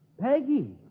Peggy